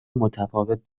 متفاوت